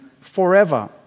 forever